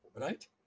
right